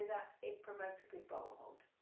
that it promotes a good bow hold.